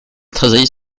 tressaillit